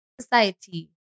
society